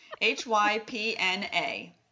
H-Y-P-N-A